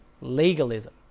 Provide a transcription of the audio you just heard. legalism